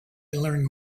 learn